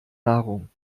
nahrung